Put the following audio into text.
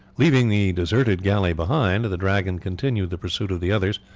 leaving the deserted galley behind, the dragon continued the pursuit of the others,